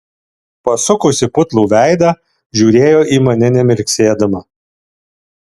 pasukusi putlų veidą žiūrėjo į mane nemirksėdama